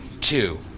two